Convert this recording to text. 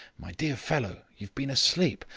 my dear fellow, you've been asleep.